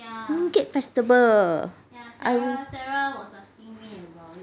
mooncake festival